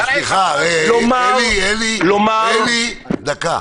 אלי, דקה.